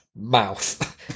mouth